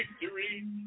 victory